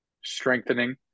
strengthening